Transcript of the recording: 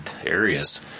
areas